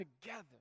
together